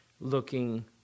looking